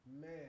man